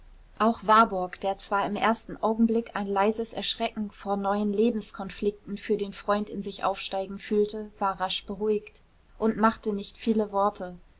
auch warburg der zwar im ersten augenblick ein leises erschrecken vor neuen lebenskonflikten für den freund in sich aufsteigen fühlte war rasch beruhigt und machte nicht viele worte